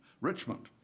Richmond